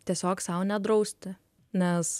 tiesiog sau nedrausti nes